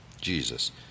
Jesus